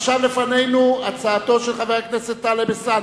עכשיו לפנינו הצעתו של חבר הכנסת טלב אלסאנע,